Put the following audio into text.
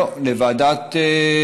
לוועדת,